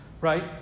Right